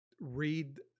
read